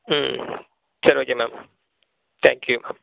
ம் சரி okay ma'am thank you